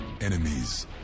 enemies